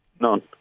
None